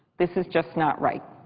this is just not right.